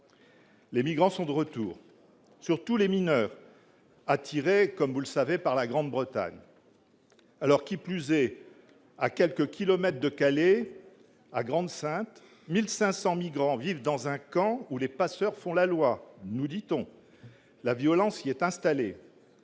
-les migrants sont de retour, surtout les mineurs, attirés par la Grande-Bretagne. Qui plus est, à quelques kilomètres de Calais, à Grande-Synthe, 1 500 migrants vivent dans un camp où les passeurs font la loi, nous dit-on. La violence s'y est installée.